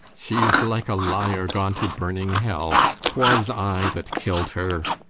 she's like a liar, gone to burning hell twas i that kill'd her.